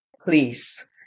please